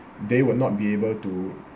they would not be able to